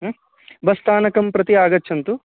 हु बस्स्थानकं प्रति आगच्छन्तु